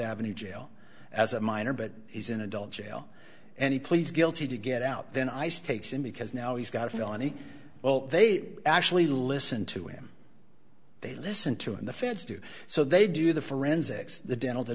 avenue jail as a minor but he's in adult jail and he pleads guilty to get out then ice takes him because now he's got a felony well they actually listen to him they listen to him the feds do so they do the forensics the dental t